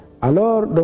Alors